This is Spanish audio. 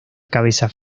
cabezas